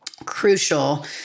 crucial